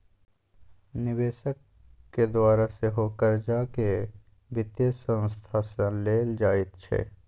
निवेशकक द्वारा सेहो कर्जाकेँ वित्तीय संस्था सँ लेल जाइत छै